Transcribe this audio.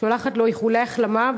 שולחת לו איחולי החלמה,